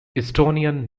estonian